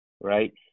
right